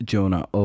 Jonah